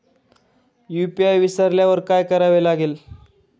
UPI विसरल्यावर काय करावे लागेल?